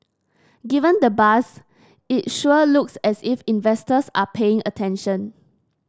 given the buzz it sure looks as if investors are paying attention